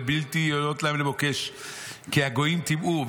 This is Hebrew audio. לבלתי היות להם למוקש כי הגויים טימאוהו,